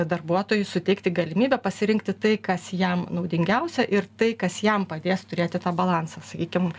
darbuotojui suteikti galimybę pasirinkti tai kas jam naudingiausia ir tai kas jam padės turėti tą balansą sakykim